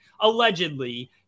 allegedly